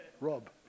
Rob